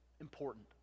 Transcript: important